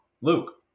Luke